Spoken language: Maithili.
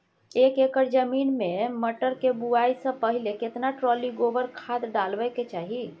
एक एकर जमीन में मटर के बुआई स पहिले केतना ट्रॉली गोबर खाद डालबै के चाही?